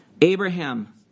Abraham